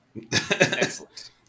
Excellent